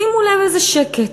שימו לב איזה שקט.